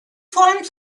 forms